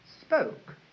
spoke